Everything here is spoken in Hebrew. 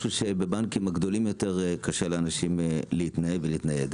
משהו שבבנקים הגדולים יותר קשה לאנשים להתנהל ולהתנהג.